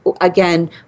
again